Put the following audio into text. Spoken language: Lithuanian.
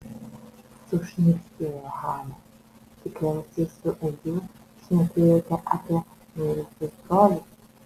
sušnibždėjo hana tikriausiai su edžiu šnekėjote apie mirusius brolius